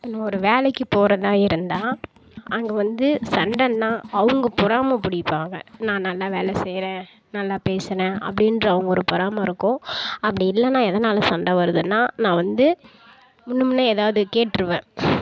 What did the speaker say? நீ ஒரு வேலைக்கு போகிறதா இருந்தால் அங்கே வந்து சண்டைன்னா அவங்க பொறாமை பிடிப்பாங்க நான் நல்லா வேலை செய்கிறேன் நல்லா பேசுறேன் அப்டின்ற ஒரு பொறாமை இருக்கும் அப்படி இல்லைன்னா எதனால் சண்டை வருதுனா நான் வந்து முன்னும் பின்ன எதாவது கேட்டுருவேன்